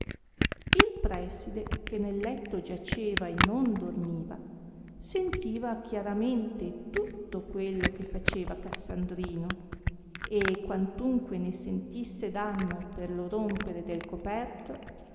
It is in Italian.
il preside che nel letto giaceva e non dormiva sentiva chiaramente tutto quello che faceva cassandrino e quantunque ne sentisse danno per lo rompere del coperto